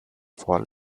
fall